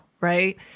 right